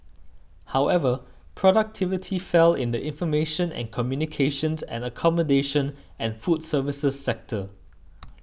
however productivity fell in the information and communications and accommodation and food services sectors